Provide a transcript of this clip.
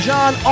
John